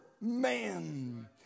man